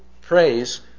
Praise